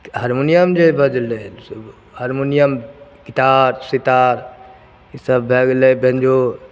हरमुनियम जे बजलैसे harmonium guitar sitar इसब भए गेलै बैंजो